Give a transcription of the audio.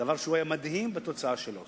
דבר שהיה מדהים בתוצאה שלו.